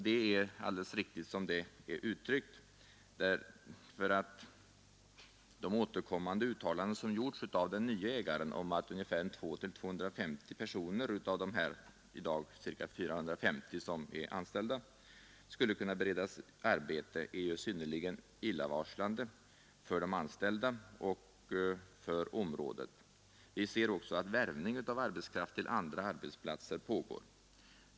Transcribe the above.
Det är alldeles riktigt som det är uttryckt, för de återkommande uttalanden som gjorts av den nye ägaren om att 200—250 personer av de 450 som i dag är anställda skulle kunna beredas arbete är ju synnerligen illavarslande för de anställda och för området. Vi ser också att värvning av arbetskraft till andra arbetsplatser pågår.